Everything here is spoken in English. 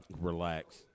Relax